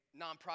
nonprofit